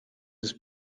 des